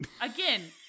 Again